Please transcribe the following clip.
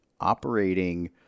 operating